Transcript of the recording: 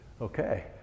Okay